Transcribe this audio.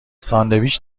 ساندویچ